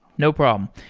no problem.